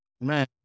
Man